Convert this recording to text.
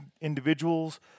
individuals